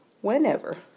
whenever